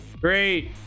Great